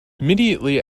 immediately